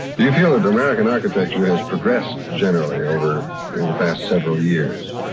do you feel that american architecture has progressed generally over the past several years?